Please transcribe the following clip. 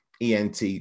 ENT